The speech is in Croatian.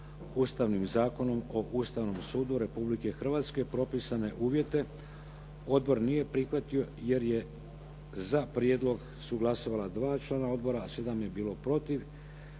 Ustavnim zakonom o Ustavnom sudu Republike Hrvatske propisane uvjete odbor nije prihvatio jer je za prijedlog, su glasovala 2 člana odbora a 7 je bilo protiv.